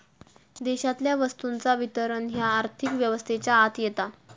देशातल्या वस्तूंचा वितरण ह्या आर्थिक व्यवस्थेच्या आत येता